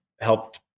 helped